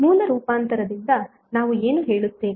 ಮೂಲ ರೂಪಾಂತರದಿಂದ ನಾವು ಏನು ಹೇಳುತ್ತೇವೆ